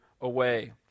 away